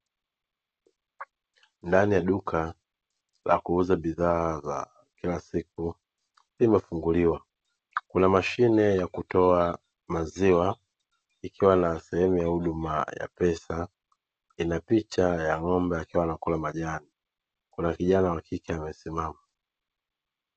Ndani ya duka la kuuza bidhaa za kila siku limefunguliwa. Kuna mashine ya kutoa maziwa ikiwa na sehemu ya huduma ya pesa. Ina picha ya ng'ombe akiwa anakula majani kuna kijana wa kike amesimama.